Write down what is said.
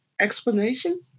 explanation